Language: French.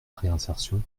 réinsertion